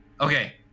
okay